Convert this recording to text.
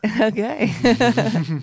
Okay